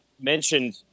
mentioned